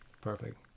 Perfect